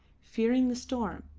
fearing the storm,